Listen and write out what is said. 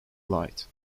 light